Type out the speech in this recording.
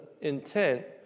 intent